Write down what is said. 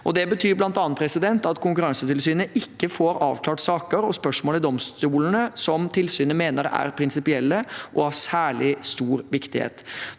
Det betyr bl.a. at Konkurransetilsynet ikke får avklart saker og spørsmål i domstolene som tilsynet mener er prinsipielle og av særlig stor viktighet.